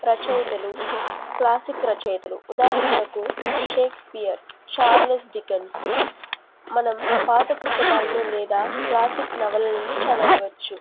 రచయితలు క్లాసిక్ రచయితలు ఉదాహరణకు షేక్స్పియర్ చార్లెస్ డికెన్స్ మనం పాత పుస్తకాలను లేదా క్లాసిక్ నవలలను చదవవచ్చు